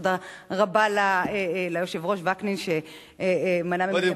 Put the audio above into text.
תודה רבה ליושב-ראש וקנין שמנע ממני,